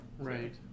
Right